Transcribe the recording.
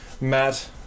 Matt